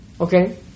Okay